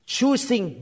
Choosing